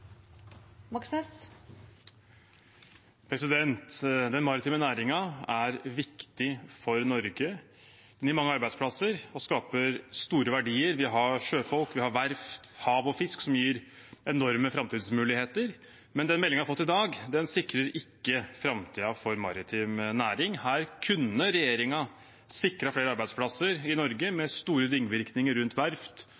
viktig for Norge. Den gir mange arbeidsplasser og skaper store verdier. Vi har sjøfolk, verft, hav og fisk som gir enorme framtidsmuligheter. Den meldingen vi har fått i dag, sikrer ikke framtiden for maritim næring. Her kunne regjeringen sikret flere arbeidsplasser i Norge